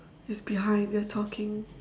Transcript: it's behind they're talking